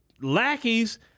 lackeys